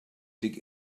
dig